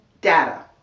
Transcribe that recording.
data